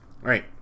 right